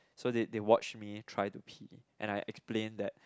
so they they watched me try to pee and I explained that